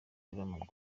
w’umupira